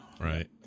Right